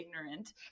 ignorant